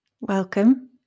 Welcome